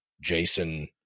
Jason